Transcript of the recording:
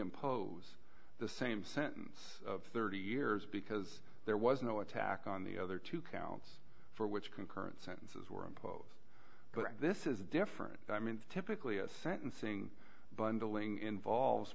impose the same sentence of thirty years because there was no attack on the other two counts for which concurrent sentences were imposed but this is different i mean typically a sentencing bundling involves